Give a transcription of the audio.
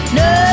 no